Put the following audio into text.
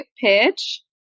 pitch